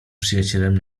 przyjacielem